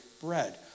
bread